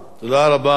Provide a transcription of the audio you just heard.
תודה רבה.